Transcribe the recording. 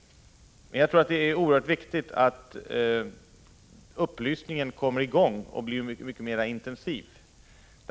Jag tror att det är oerhört viktigt att upplysningen kommer i gång och blir mycket mer intensiv.